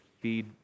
feed